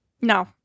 No